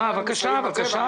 ברשותכם,